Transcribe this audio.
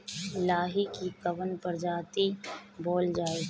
लाही की कवन प्रजाति बोअल जाई?